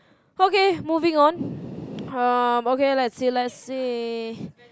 okay moving on um okay let's see let's see